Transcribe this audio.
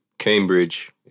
Cambridge